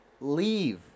leave